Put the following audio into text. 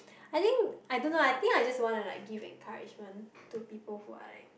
I think I don't know ah I think I just want to like give encouragement to people who are like